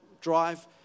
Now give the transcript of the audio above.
Drive